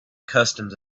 customs